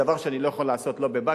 דבר שאני לא יכול לעשות לא בבאקה,